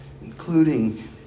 including